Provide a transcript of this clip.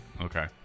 Okay